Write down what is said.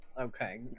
Okay